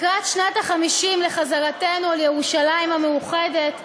לקראת שנת ה-50 לחזרתנו לירושלים המאוחדת,